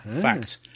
Fact